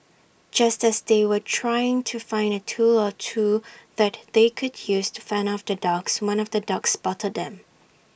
just as they were trying to find A tool or two that they could use to fend off the dogs one of the dogs spotted them